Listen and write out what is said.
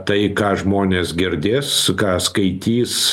tai ką žmonės girdės ką skaitys